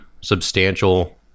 substantial